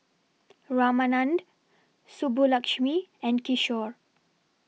Ramanand Subbulakshmi and Kishore